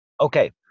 Okay